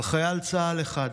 לחייל צה"ל אחד.